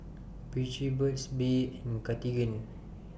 Vichy Burt's Bee and Cartigain